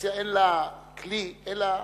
אופוזיציה אין לה כלי אלא הרטוריקה,